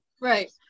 Right